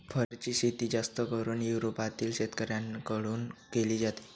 फरची शेती जास्त करून युरोपातील शेतकऱ्यांन कडून केली जाते